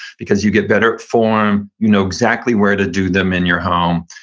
because you get better at form, you know exactly where to do them in your home,